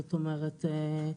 זאת אומרת,